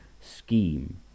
scheme